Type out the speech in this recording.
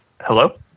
Hello